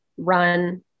Run